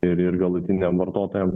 ir ir galutiniam vartotojam